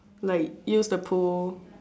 like use the pool